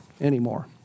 anymore